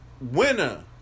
winner